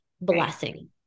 blessing